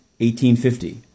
1850